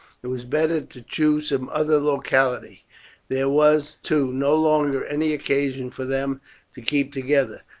it was better to choose some other locality there was, too, no longer any occasion for them to keep together.